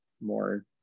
more